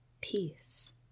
peace